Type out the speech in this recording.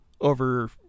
over